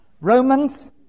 Romans